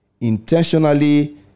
intentionally